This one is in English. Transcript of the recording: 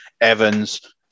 Evans